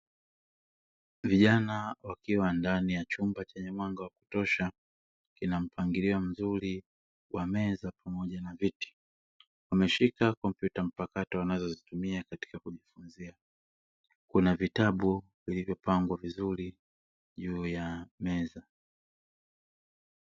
Vijana wakiwa ndani ya chumba chenye mwanga wa kutosha, kina mpangilio mzuri wa meza pamoja na viti. Wameshika kompyuta mpakato wanazozitumia katika kujifunzia, kuna vitabu vilivyopangwa vizuri juu ya meza.